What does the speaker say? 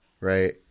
right